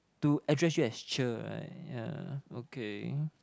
to address you as cher right yeah okay